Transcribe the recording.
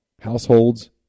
households